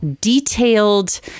detailed